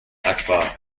akbar